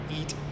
eat